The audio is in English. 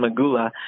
Magula